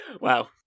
Wow